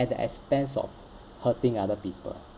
at the expense of hurting other people